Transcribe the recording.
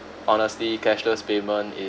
honestly cashless payment